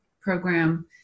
program